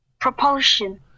Propulsion